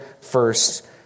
first